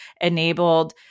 enabled